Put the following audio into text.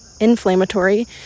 inflammatory